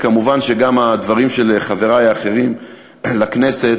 וכמובן גם הדברים של חברי האחרים לכנסת,